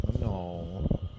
no